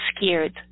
scared